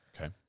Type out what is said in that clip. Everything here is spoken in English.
Okay